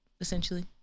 essentially